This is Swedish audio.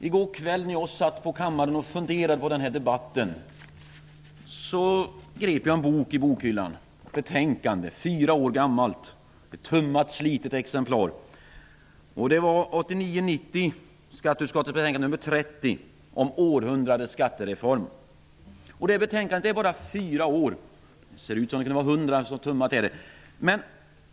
I går kväll, när jag satt på kammaren och funderade på denna debatt, grep jag ett fyra år gammalt betänkande i bokhyllan. Det var ett gammalt, tummat och slitet exemplar av betänkande 1989/90:SkU30 om århundradets skattereform. Detta betänkande är bara fyra år gammalt. Det ser ut som om det kunde vara 100 år. Så tummat är det.